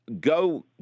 go